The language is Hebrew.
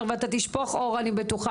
ואני בטוחה שאתה תשפוך אור על הדברים.